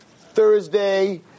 Thursday